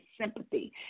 sympathy